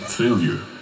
failure